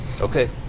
Okay